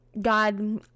God